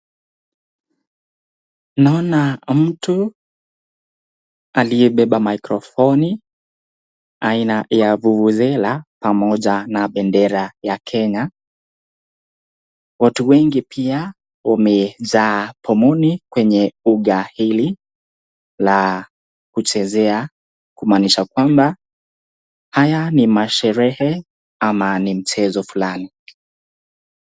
Naona mtu aliyebeba microphoni aina ya vuvuzela pamoja na bendera ya Kenya. Watu wengi pia wamejaa pomoni kwenye uga hili la kuchezea kumaanisha kwamba haya ni masherehe ama ni mchezo fulani.